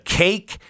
cake